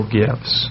gifts